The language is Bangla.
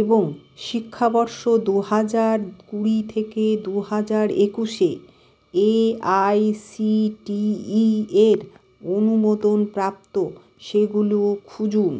এবং শিক্ষাবর্ষ দু হাজার কুড়ি থেকে দু হাজার একুশে এআইসিটিই এর অনুমোদনপ্রাপ্ত সেগুলো খুঁজুন